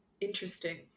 interesting